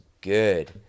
good